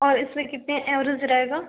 और इसमें कितने एवरेज रहेगा